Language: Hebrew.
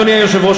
אדוני היושב-ראש,